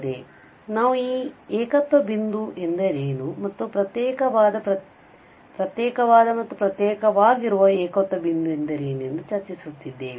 ಆದ್ದರಿಂದ ನಾವು ಏಕತ್ವ ಬಿಂದುಎಂದರೇನು ಮತ್ತು ಪ್ರತ್ಯೇಕವಾದ ಮತ್ತು ಪ್ರತ್ಯೇಕವಾಗಿರದ ಏಕತ್ವ ಬಿಂದು ಎಂದರೇನು ಎಂದು ಚರ್ಚಿಸಿದ್ದೇವೆ